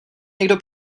někdo